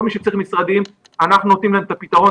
כל מי שצריך משרדים אנחנו נותנים להם את הפתרון,